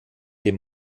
dem